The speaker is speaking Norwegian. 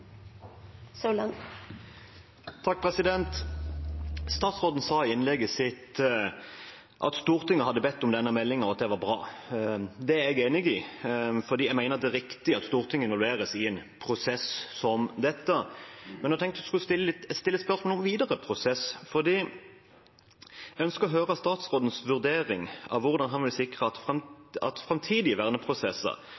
at det var bra. Det er jeg er enig i, fordi jeg mener det er riktig at Stortinget involveres i en prosess som dette. Jeg tenkte jeg skulle stille et spørsmål om videre prosess, fordi jeg ønsker å høre statsrådens vurdering av hvordan han vil sikre at